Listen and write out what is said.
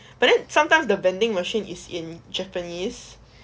but then sometimes the vending machine is in japanese